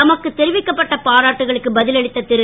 தமக்கு தெரிவிக்கப்பட்ட பாராட்டுகளுக்கு பதில் அளித்த திரு